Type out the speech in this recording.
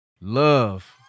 Love